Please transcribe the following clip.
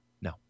No